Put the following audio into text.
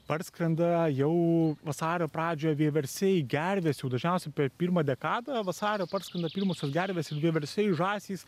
parskrenda jau vasario pradžioje vieversiai gervės jau dažniausia per pirmą dekadą vasario parskrenda pirmosios gervės ir vieversiai žąsys